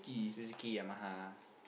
Suzuki Yamaha